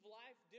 life